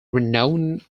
renowned